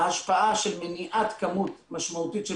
ההשפעה של מניעת כמות משמעותית של